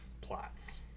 plots